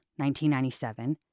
1997